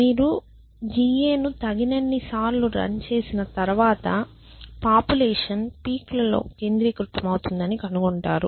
మీరు GA ను తగినన్ని సార్లు రన్ చేసిన తరువాత పాపులేషన్ పీక్ లలో కేంద్రీకృతమౌతుందని కనుగొంటారు